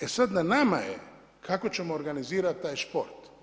E sada, na nama je kako ćemo organizirati taj šport.